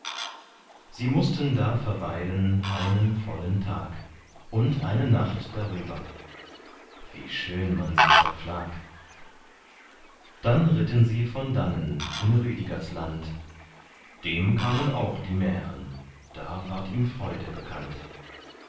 sie mußten da verweilen einen vollen tag und eine nacht darüber wie schön man sie verpflag dann ritten sie von dannen in rüdigers land dem kamen auch die mären da ward ihm freude bekannt